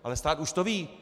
Ale stát už to ví.